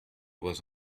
was